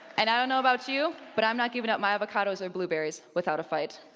and i don't know about you, but i'm not giving up my avocados or blueberries without a fight.